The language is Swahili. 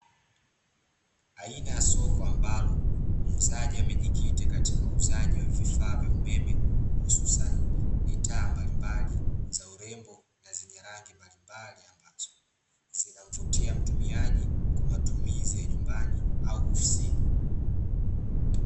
Aina ya soko ambalo muuzaji amejikita katika uuzaji wa vifaa vya umeme hususani taa mbalimbali za urembo na zenye rangi mbalimbali ambazo zinamvutia mtumiaji kwa matumizi ya nyumbani au ofisini.